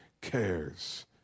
cares